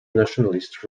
nationalist